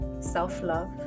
self-love